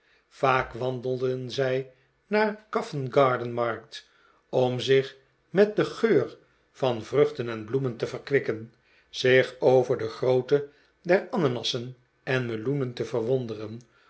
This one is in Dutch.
vaak wandelden zij naar covent gardenmarkt om zich met den geur van de vruchten en bloemen te verkwikken zich over de grootte der ananassen en meloenen te verwonderen